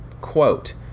quote